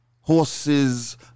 horses